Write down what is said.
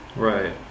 Right